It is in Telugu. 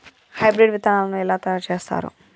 హైబ్రిడ్ విత్తనాలను ఎలా తయారు చేస్తారు?